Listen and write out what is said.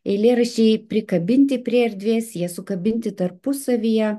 eilėraščiai prikabinti prie erdvės jie sukabinti tarpusavyje